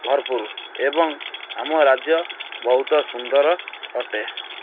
ଭରପୁର ଏବଂ ଆମ ରାଜ୍ୟ ବହୁତ ସୁନ୍ଦର ଅଟେ